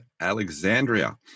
Alexandria